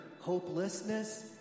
hopelessness